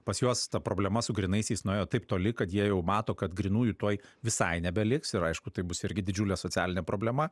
pas juos ta problema su grynaisiais nuėjo taip toli kad jie jau mato kad grynųjų tuoj visai nebeliks ir aišku tai bus irgi didžiulė socialinė problema